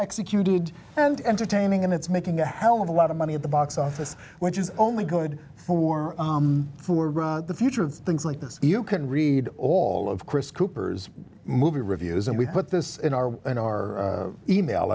executed and entertaining and it's making a hell of a lot of money at the box office which is only good for the future of things like this you can read all of chris cooper's movie reviews and we put this in our in our email